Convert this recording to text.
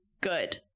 Good